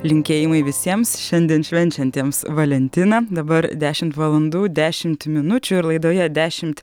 linkėjimai visiems šiandien švenčiantiems valentiną dabar dešimt valandų dešimt minučių ir laidoje dešimt